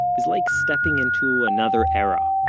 is like stepping into another era.